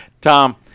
Tom